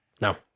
No